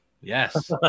Yes